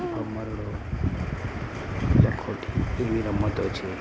ભમરડો લખોટી એવી રમતો છે